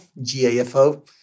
G-A-F-O